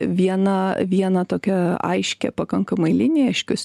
vieną vieną tokią aiškią pakankamai liniją aiškius